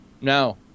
No